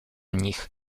nich